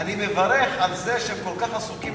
אני מברך על זה שהם כל כך עסוקים,